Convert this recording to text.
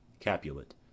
Capulet